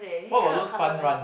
what about those fun run